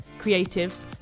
creatives